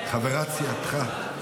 אתה מפריע לחברת סיעתך.